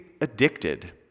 addicted